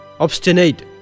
obstinate